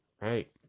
Right